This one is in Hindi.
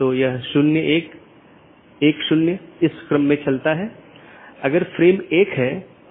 इसलिए समय समय पर जीवित संदेश भेजे जाते हैं ताकि अन्य सत्रों की स्थिति की निगरानी कर सके